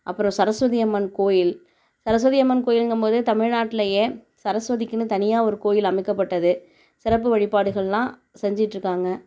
அப்புறம் சரஸ்வதி அம்மன் கோயில் சரஸ்வதி அம்மன் கோயில்ங்கும் போது தமிழ்நாட்டிலயே சரஸ்வதிக்கெனு தனியாக ஒரு கோயில் அமைக்கப்பட்டது சிறப்பு வழிபாடுகளெலாம் செஞ்சிகிட்ருக்காங்க